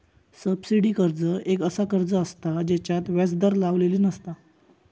subsidy कर्ज एक असा कर्ज असता जेच्यात व्याज दर लावलेली नसता